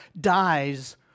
dies